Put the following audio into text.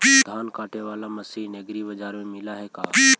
धान काटे बाला मशीन एग्रीबाजार पर मिल है का?